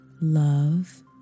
love